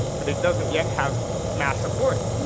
but it doesn't yet have mass support.